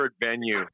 venue